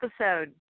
episode